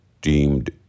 deemed